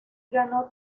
ganó